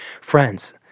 Friends